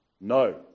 no